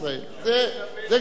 זה גם אמרתי.